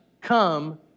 come